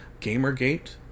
Gamergate